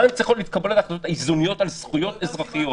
כאן צריכות להתקבל ההחלטות המאוזנות על זכויות אזרחיות.